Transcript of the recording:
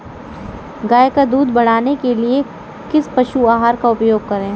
गाय का दूध बढ़ाने के लिए किस पशु आहार का उपयोग करें?